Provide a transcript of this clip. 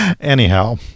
Anyhow